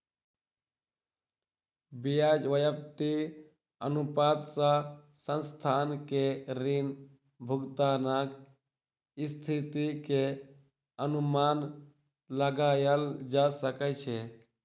ब्याज व्याप्ति अनुपात सॅ संस्थान के ऋण भुगतानक स्थिति के अनुमान लगायल जा सकै छै